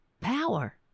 power